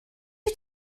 wyt